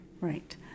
Right